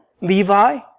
Levi